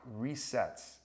resets